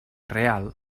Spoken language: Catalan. real